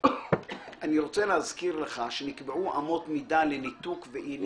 אני רוצה להזכיר לך שנקבעו אמות מידה לניתוק ואי ניתוק.